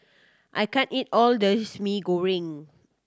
I can't eat all this Mee Goreng